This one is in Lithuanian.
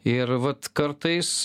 ir vat kartais